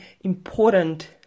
important